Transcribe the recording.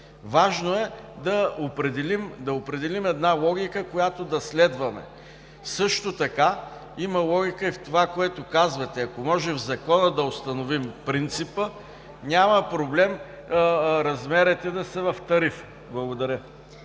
Важно е да определим една логика, която да следваме. Също така има логика в това, което казвате: ако може в Закона да установим принципа, няма проблем размерите да са в тарифи. Благодаря.